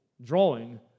drawing